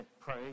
pray